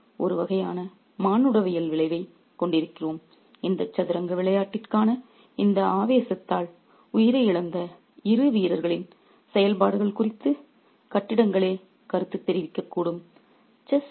கதையின் முடிவில் ஒரு வகையான மானுடவியல் விளைவைக் கொண்டிருக்கிறோம் இந்த சதுரங்க விளையாட்டிற்கான இந்த ஆவேசத்தால் உயிரை இழந்த இரு வீரர்களின் செயல்பாடுகள் குறித்து கட்டிடங்களே கருத்து தெரிவிக்கக்கூடும்